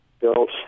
built